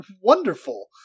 Wonderful